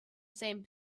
same